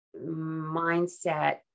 mindset